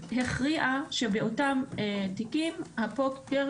הכריעה שבאותם תיקים הפוקר